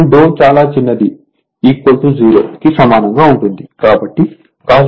ఇప్పుడు చాలా చిన్నది 0 కి సమానంగా ఉంటుంది